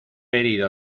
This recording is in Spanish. herido